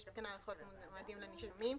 יש כאן הארכת מועדים לנישומים.